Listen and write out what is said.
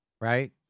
right